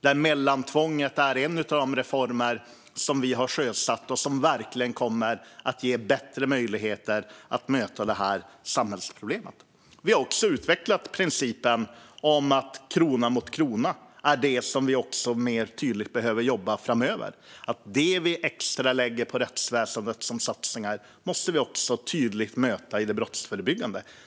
Där är mellantvånget en av de reformer som vi sjösatt och som verkligen kommer att ge bättre möjligheter att möta det här samhällsproblemet. Vi har också utvecklat principen krona mot krona, som är det som vi behöver jobba mer tydligt med framöver. Det vi lägger på rättsväsendet som extra satsningar måste vi tydligt möta i det brottsförebyggande.